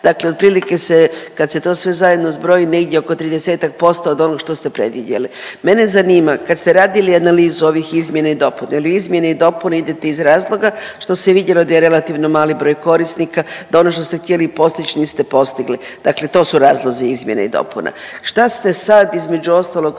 dakle otprilike se, kad se to sve zajedno zbroji negdje oko 30-ak % od onog što ste predvidjeli. Mene zanima kad ste radili analizu ovih izmjena i dopuna, je li u izmjene i dopune idete iz razloga što se vidjelo da je relativno mali broj korisnika, da ono što ste htjeli postić, niste postigli. Dakle to su razlozi izmjene i dopuna. Šta ste sad između ostalog